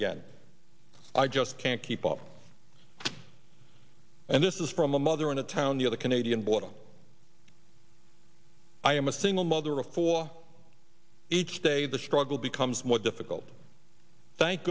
again i just can't keep up and this is from a mother in a town near the canadian border i am a single mother of four each day the struggle becomes more difficult thank